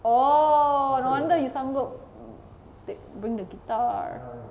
oh no wonder you sanggup take bring the guitar ah